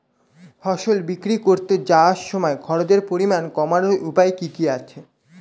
ফসল বিক্রি করতে যাওয়ার সময় খরচের পরিমাণ কমানোর উপায় কি কি আছে?